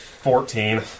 Fourteen